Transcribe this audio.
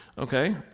Okay